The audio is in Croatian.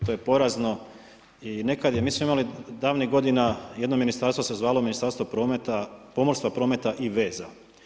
To je porazno i nekad je, mi smo imali davnih godina, jedno ministarstvo se zvalo Ministarstvo pomorstva, prometa i veza.